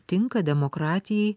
tinka demokratijai